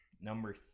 number